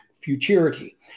futurity